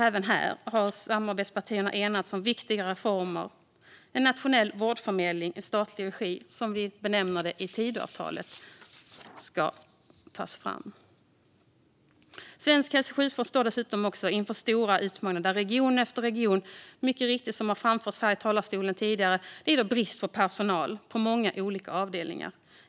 Även här har samarbetspartierna enats om viktiga reformer. En nationell vårdförmedling i statlig regi, som vi benämner det i Tidöavtalet, ska tas fram. Svensk sjukvård står inför stora utmaningar där region efter region uppger att de lider brist på personal på många olika avdelningar.